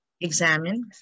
Examine